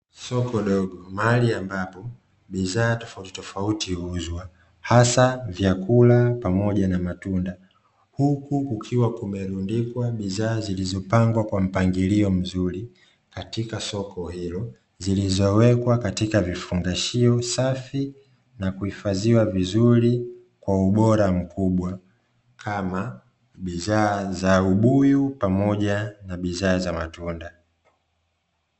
Soko dogo mahali ambapo bidhaa tofautitofauti huuzwa hasa vyakula pamoja na matunda. Huku kukiwa kumerundikwa bidhaa zilizopangwa kwa mpangilio mzuri katika soko hilo, zilizowekwa katika vifungashio safi na kuhifadhiwa vizuri kwa ubora mkubwa, kama bidhaa za ubuyu pamoja na bidhaa za matunda.